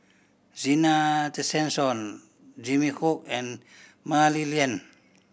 Zena Tessensohn Jimmy Chok and Mah Li Lian